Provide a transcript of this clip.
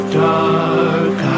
dark